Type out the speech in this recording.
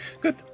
Good